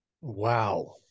Wow